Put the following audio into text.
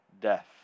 death